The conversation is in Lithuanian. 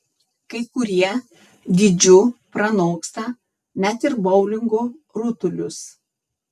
kai kurie dydžiu pranoksta net ir boulingo rutulius